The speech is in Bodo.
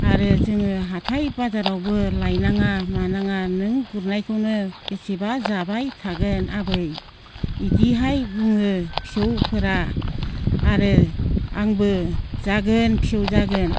आरो जोङो हाथाय बाजारावबो लायनाङा मानाङा नों गुरनायखौनो बेसेबा जाबाय थागोन आबै बिदिहाय बुङो फिसौफोरा आरो आंबो जागोन फिसौ जागोन